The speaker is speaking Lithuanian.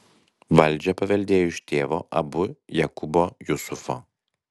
valdžią paveldėjo iš tėvo abu jakubo jusufo